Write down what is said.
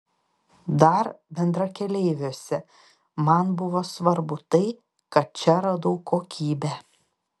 dar bendrakeleiviuose man buvo svarbu tai kad čia radau kokybę